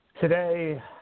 Today